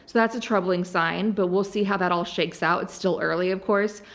that's a troubling sign, but we'll see how that all shakes out. it's still early, of course,